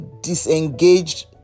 disengaged